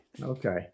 Okay